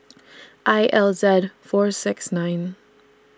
I L Z four six nine